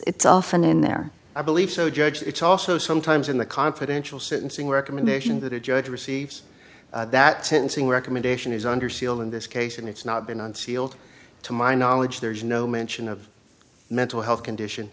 it's often in their i believe so judge it's also sometimes in the confidential sentencing recommendation that a judge receives that sentencing recommendation is under seal in this case and it's not been unsealed to my knowledge there is no mention of mental health condition